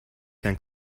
can